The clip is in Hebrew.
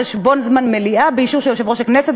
חשבון זמן מליאה באישור של יושב-ראש הכנסת,